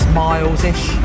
miles-ish